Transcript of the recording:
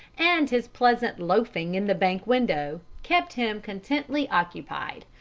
and his pleasant loafing in the bank window kept him contentedly occupied.